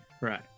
right